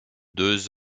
deux